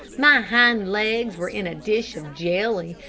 my hind legs were in a dish of jelly,